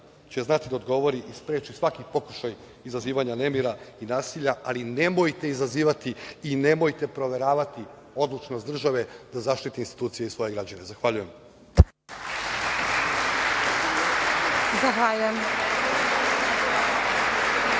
će znati da odgovori i da spreči svaki pokušaj izazivanja nemira i nasilja, ali nemojte izazivati i nemojte proveravati odlučnost države da zaštiti institucije i svoje građane. Zahvaljujem.